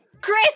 chris